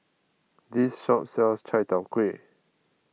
this shop sells Chai Tow Kway